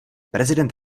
prezident